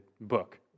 book